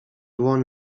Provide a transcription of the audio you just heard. dłoń